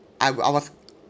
I was I was